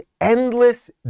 endless